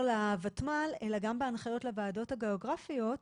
לוותמ"ל אלא גם בהנחיות לוועדות הגיאוגרפיות,